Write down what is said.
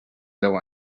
deu